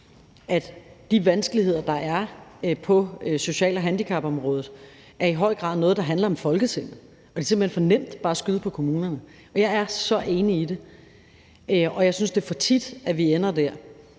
at de vanskeligheder, der er på social- og handicapområdet, i høj grad er noget, der handler om Folketinget, og at det simpelt hen er for nemt bare at skyde på kommunerne. Jeg er så enig i det. Og jeg synes, det er for tit, at vi ender der.